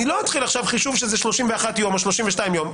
אני לא אתחיל עכשיו לחשב האם זה 31 יום או 32 יום.